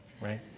right